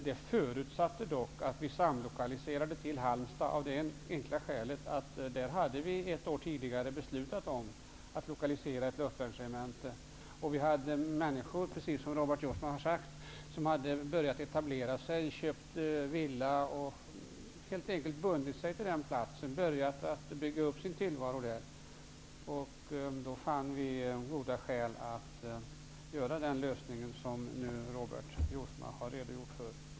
Det förutsatte dock att vi samlokaliserade till Halmstad av det enkla skälet att vi ett år tidigare hade beslutat att lokalisera ett luftvärnsregemente där. Människor hade, precis som Robert Jousma har sagt, börjat etablera sig. De hade köpt villa och helt enkelt bundit sig till den platsen och börjat bygga upp sin tillvaro där. Då fann vi goda skäl att genomföra den lösning som Robert Jousma har redogjort för.